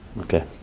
Okay